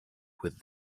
with